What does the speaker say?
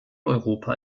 europa